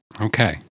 Okay